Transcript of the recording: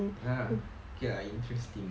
ah okay lah interesting